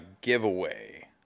giveaway